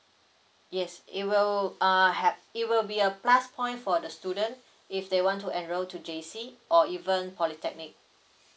yes it will uh have it will be a plus point for the student if they want to enrol to J_C or even polytechnic